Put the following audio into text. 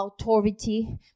authority